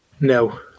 No